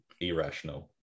irrational